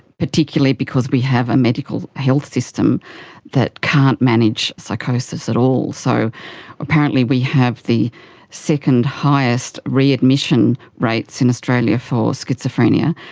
particularly because we have a medical health system that can't manage psychosis at all. so apparently we have the second highest readmission rates in australia for schizophrenia,